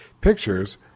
pictures